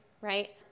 right